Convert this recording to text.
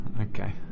Okay